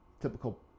Typical